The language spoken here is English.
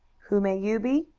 who may you be?